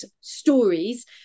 stories